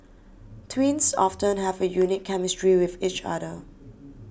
twins often have a unique chemistry with each other